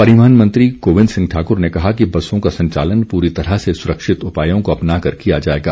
परिवहन मंत्री गोविंद सिंह ठाकुर ने कहा कि बसों का संचालन पूरी तरह से सुरक्षित उपायों को अपनाकर किया जाएगा